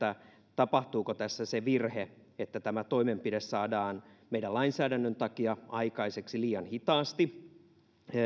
tapahtuuko tässä se virhe että tämä toimenpide saadaan meidän lainsäädännön takia aikaiseksi liian hitaasti